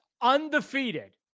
undefeated